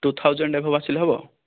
two thousand above ଆସିଲେ ହେବ